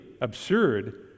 absurd